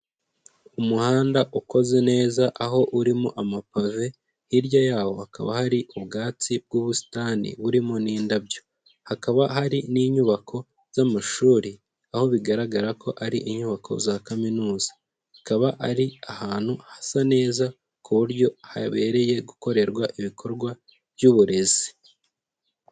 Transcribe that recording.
Umuhanda ukoze neza aho urimo amapave hirya yawo hakaba hari ubwatsi bw'ubusitani burimo n'indabyo, hakaba hari n'inyubako z'amashuri aho bigaragara ko ari inyubako za kaminuza, hakaba ari ahantu hasa neza ku buryo habereye gukorerwa ibikorwa by'uburezi.